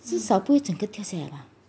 至少不会整个掉下来吧